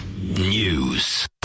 News